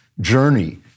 journey